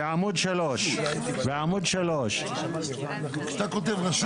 בעמוד 3. בעמוד 3. כשאתה כותב "רשות",